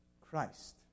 Christ